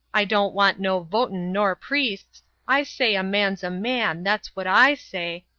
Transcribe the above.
i don't want no votin' nor priests. i say a man's a man that's what i say.